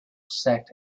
sect